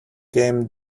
game